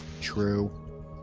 True